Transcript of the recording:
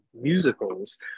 musicals